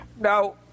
Now